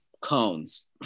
cones